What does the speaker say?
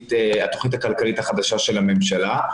התוכנית הכלכלית החדשה של הממשלה.